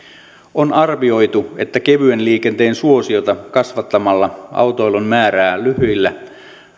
on arvioitu että kevyen liikenteen suosiota kasvattamalla autoilun määrää lyhyillä